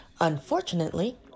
Unfortunately